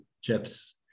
chips